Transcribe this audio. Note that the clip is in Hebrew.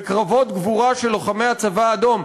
של לוחמי הצבא האדום.